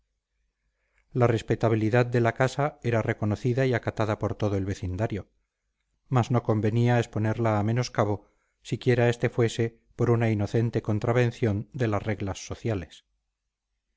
la respetabilidad de la casa era reconocida y acatada por todo el vecindario mas no convenía exponerla a menoscabo siquiera este fuese por una inocente contravención de las reglas sociales